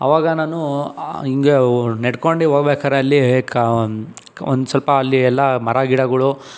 ಆವಾಗ ನಾನು ಆ ಹೀಗೆ ನಡ್ಕೊಂಡೆ ಹೋಗ್ಬೇಕಾದ್ರೆ ಅಲ್ಲಿ ಒಂದು ಸ್ವಲ್ಪ ಅಲ್ಲಿ ಎಲ್ಲ ಮರ ಗಿಡಗಳು ಅ